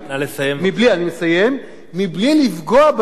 מבלי לפגוע באינטרסים של מדינת ישראל,